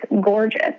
gorgeous